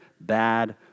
bad